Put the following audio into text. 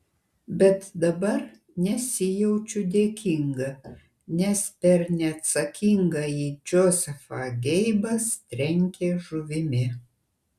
bet dabar nesijaučiu dėkinga nes per neatsakingąjį džozefą geibas trenkia žuvimi